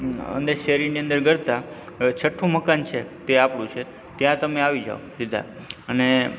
અંદર શેરીની અંદર ગરતાં છઠ્ઠું મકાન છે તે આપણું છે ત્યાં તમે આવી જાઓ સીધા અને